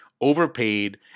overpaid